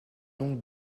donc